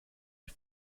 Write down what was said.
die